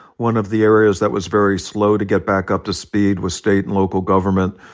one of the areas that was very slow to get back up to speed was state and local government.